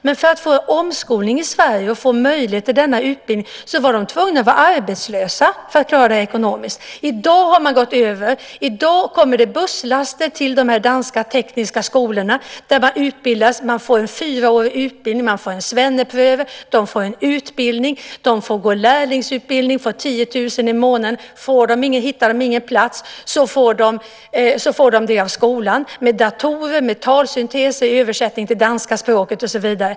Men för att få omskolning i Sverige och möjlighet att ekonomiskt klara en ny utbildning måste de först vara arbetslösa. I dag har man en ny ordning, och nu kommer det busslaster till de danska tekniska skolorna, som ger en fyraårig utbildning. Man får genomgå en så kallad svenneprøve, en lärlingsutbildning och en ersättning på 10 000 kr i månaden. Om de inte hittar någon plats får de en sådan av skolan, med datorer utrustade med talsyntes som ger översättning till danska språket och så vidare.